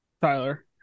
Tyler